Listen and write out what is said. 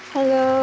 Hello